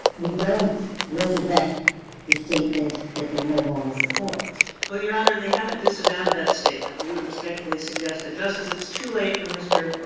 we don't resurrect the statement that they no longer support. sullivan well, your honor, they haven't disavowed that statement we would respectfully suggest that just as it's too late for mr.